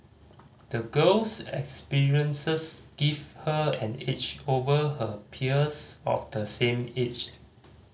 the girl's experiences gave her an edge over her peers of the same age